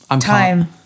Time